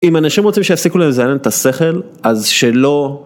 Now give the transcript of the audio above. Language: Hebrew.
אם אנשים רוצים שיפסיקו לזיין את השכל, אז שלא...